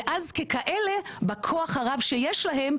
ואז ככאלה בכוח הרב שיש להם,